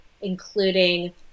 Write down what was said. including